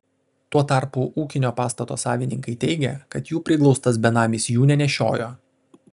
tuo tarpu ūkinio pastato savininkai teigė kad jų priglaustas benamis jų nenešiojo